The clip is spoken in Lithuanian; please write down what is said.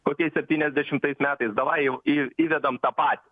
kokiais septyniasdešimtais metais davai jau į įvedam tą patį